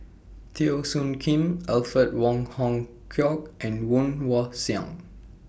Teo Soon Kim Alfred Wong Hong Kwok and Woon Wah Siang